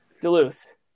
Duluth